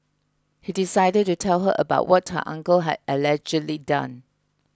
he decided to tell her about what her uncle had allegedly done